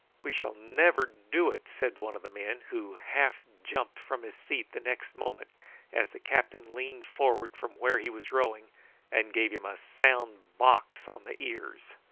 we shall never do it, said one of the men, who half-jumped from his seat the next moment as the captain leaned forward from where he was rowing and gave him a sound box on the ears.